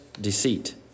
deceit